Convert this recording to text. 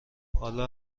حالا